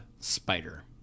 spider